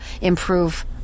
improve